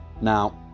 Now